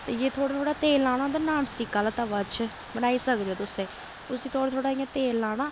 ते जे थोह्ड़ा थोह्ड़ा तेल लाना होए ते नान स्टिक आह्ला तवा च बनाई सकदे ओ तुस एह् उस्सी थोह्ड़ा थोह्ड़ा इ'यां तेल लाना